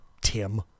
Tim